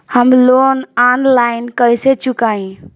हम loan online कइसे चुकाई?